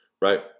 right